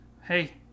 Hey